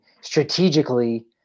strategically